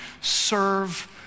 Serve